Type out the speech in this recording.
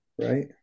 Right